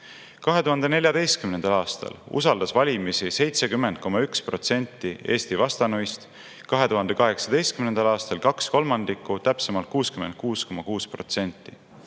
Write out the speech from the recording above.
2014. aastal usaldas valimisi 70,1 protsenti Eesti vastanuist, 2018. aastal kaks kolmandikku, täpsemalt 66,6